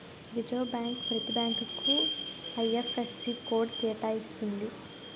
reserve Bank ప్రతి బ్యాంకుకు IFSC code కేటాయిస్తుంది